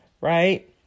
right